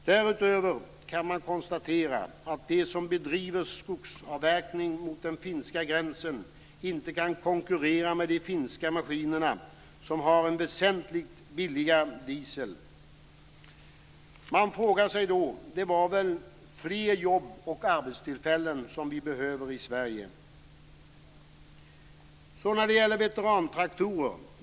Därutöver kan man konstatera att de som bedriver skogsavverkning mot den finska gränsen inte kan konkurrera med de finska maskinerna som har väsentligt billigare diesel. Man frågar sig då: Det var väl fler arbetstillfällen som vi behöver i Sverige? Så till mom. 12 om veterantraktorer.